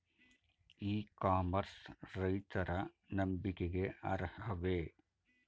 E commerce ರೈತರ ನಂಬಿಕೆಗೆ ಅರ್ಹವೇ?